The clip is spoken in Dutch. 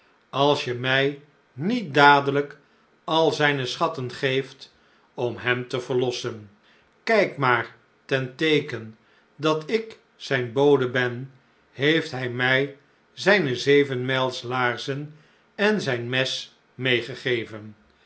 als je mij niet dadelijk al zijne schatten geeft om hem te verlossen kijk maar ten teeken dat ik zijn bode ben heeft hij mij zijne zevenmijls laarzen en zijn mes meêgegeven